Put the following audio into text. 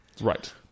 right